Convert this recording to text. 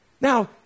Now